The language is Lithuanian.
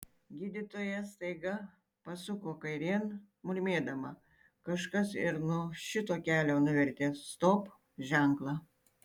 gydytoja staiga pasuko kairėn murmėdama kažkas ir nuo šito kelio nuvertė stop ženklą